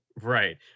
Right